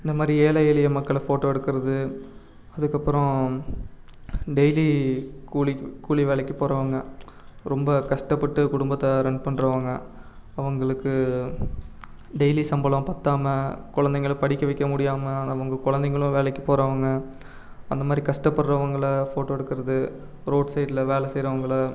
இந்தமாதிரி ஏழை எளிய மக்களை ஃபோட்டோ எடுக்கிறது அதுக்கப்புறோம் டெய்லி கூலிக்கு கூலி வேலைக்கு போகிறவங்க ரொம்ப கஷ்டப்பட்டு குடும்பத்தை ரன் பண்றவங்க அவர்களுக்கு டெய்லி சம்பளம் பற்றாம கொழந்தைங்கள படிக்க வைக்க முடியாம அவங்க கொழந்தைங்களும் வேலைக்கு போகிறவுங்க அந்தமாதிரி கஷ்டப்படறவங்களை ஃபோட்டோ எடுக்கிறது ரோட்சைடில் வேலை செய்றவங்களை